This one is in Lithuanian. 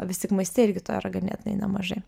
vis tik maiste irgi to yra ganėtinai nemažai